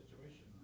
situation